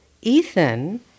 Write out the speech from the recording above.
Ethan